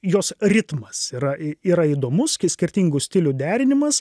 jos ritmas yra yra įdomus skirtingų stilių derinimas